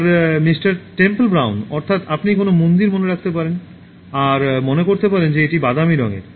আর Mr Temple Brown অর্থাৎ আপনি কোনও মন্দির মনে করতে পারেন আর মনে করতে পারেন যে এটি বাদামি রঙের